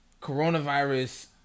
Coronavirus